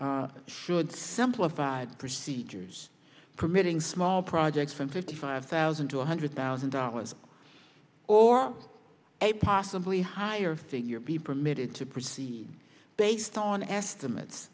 example should simplified procedures permitting small projects from fifty five thousand to one hundred thousand dollars or a possibly higher figure be permitted to proceed based on estimates